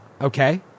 Okay